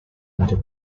mother